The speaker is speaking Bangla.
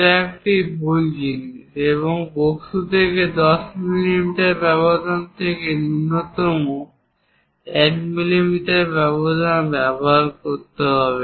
যা একটি ভুল জিনিস এবং বস্তু থেকে 10 মিলিমিটার ব্যবধান থেকে ন্যূনতম 1 মিলিমিটার ব্যবধান ব্যবহার করতে হবে